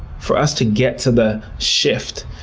for us to get to the shift,